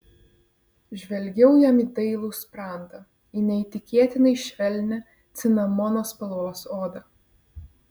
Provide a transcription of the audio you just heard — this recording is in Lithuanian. žvelgiau jam į dailų sprandą į neįtikėtinai švelnią cinamono spalvos odą